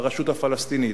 ברשות הפלסטינית.